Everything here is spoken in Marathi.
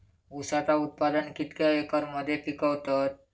ऊसाचा उत्पादन कितक्या एकर मध्ये पिकवतत?